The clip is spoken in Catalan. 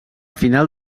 final